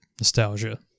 nostalgia